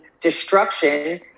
destruction